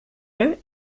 and